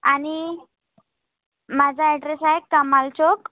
आणि माझा ॲड्रेस आहे कमाल चौक